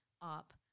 up